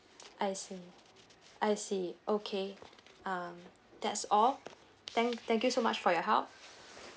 I see I see okay um that's all thank thank you so much for your help